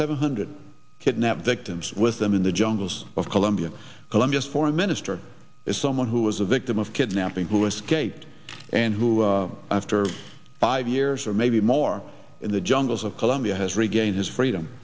seven hundred kidnap victims with them in the jungles of colombia colombia's foreign minister is someone who was a victim of kidnapping who escaped and who after five years or maybe more in the jungles of colombia has regained his freedom